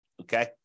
okay